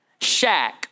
shack